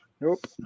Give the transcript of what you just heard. nope